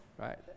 right